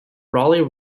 raleigh